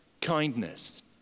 kindness